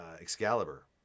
Excalibur